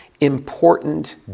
important